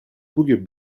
bugün